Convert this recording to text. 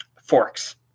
forks